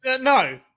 no